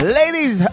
ladies